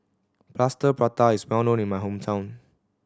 Plaster Prata is well known in my hometown